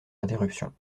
interruptions